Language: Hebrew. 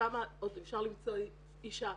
שם עוד אפשר למצוא אישה,